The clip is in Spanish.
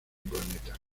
planeta